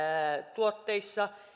tuotteissa